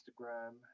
Instagram